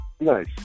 nice